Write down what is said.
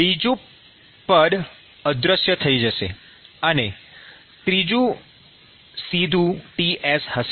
બીજું પદ અદૃશ્ય થઈ જશે અને ત્રીજુ સીધું Ts હશે